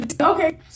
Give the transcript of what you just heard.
Okay